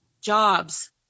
jobs